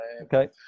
Okay